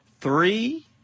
three